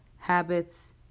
habits